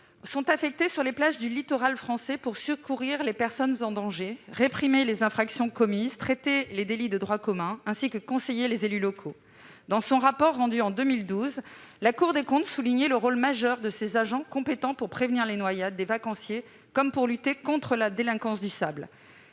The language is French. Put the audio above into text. sont affectés sur les plages du littoral français pour secourir les personnes en danger, réprimer les infractions, traiter les délits de droit commun, ainsi que conseiller les élus locaux. Dans son rapport de 2012, la Cour des comptes soulignait le rôle majeur de ces agents, compétents pour prévenir les noyades des vacanciers comme pour lutter contre la délinquance du sable.